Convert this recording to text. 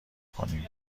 کنیم